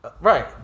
Right